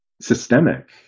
systemic